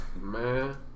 Man